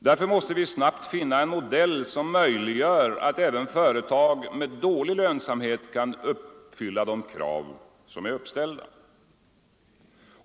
Därför måste vi snabbt finna en modell som möjliggör att även företag med dålig lönsamhet kan uppfylla de krav som är uppställda.